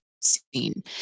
scene